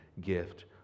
gift